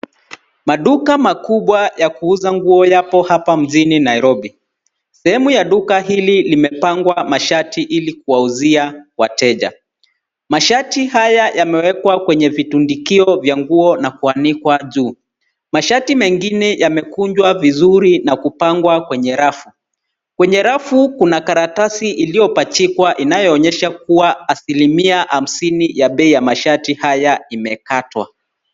Maduka makubwa ya kuuza nguo yapo hapa mjini Nairobi. Sehemu ya duka hili limepangwa mashati ili kuwauzia wateja. Mashati haya yamewekwa kwenye vitundukio vya nguo na kuanikwa juu. Mashati mengine yamekunjwa vizuri na kupangwa kwenye rafu. Kwenye rafu kuna karatasi iliyopachikwa inayoonyesha kuwa asilimia hamsini ya bei ya mashati haya imekatwa.